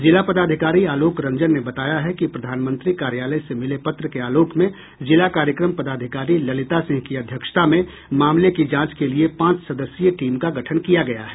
जिला पदाधिकारी आलोक रंजन ने बताया है कि प्रधानमंत्री कार्यालय से मिले पत्र के आलोक में जिला कार्यक्रम पदाधिकारी ललिता सिंह की अध्यक्षता में मामले की जांच के लिए पांच सदस्यीय टीम का गठन किया गया है